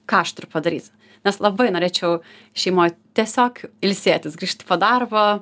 ką aš turiu padaryt nes labai norėčiau šeimoj tiesiog ilsėtis grįžti po darbo